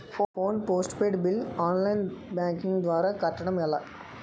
Phone post paid bill online banking ద్వారా కట్టడం ఎలా?